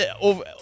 over